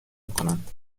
میکنند